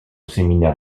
séminaire